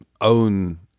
own